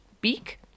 beak